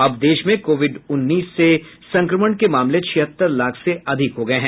अब देश में कोविड उन्नीस से संक्रमण के मामले छिहत्तर लाख से अधिक हो गये हैं